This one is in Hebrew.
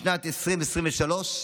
בשנת 2023,